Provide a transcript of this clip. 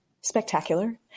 spectacular